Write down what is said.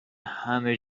همه